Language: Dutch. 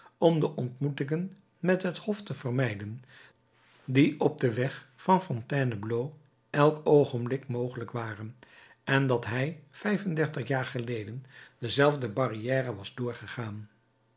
om de ontmoetingen met het hof te vermijden die op den weg van fontainebleau elk oogenblik mogelijk waren en dat hij vijfendertig jaren geleden deze zelfde barrière was doorgegaan